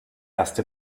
erste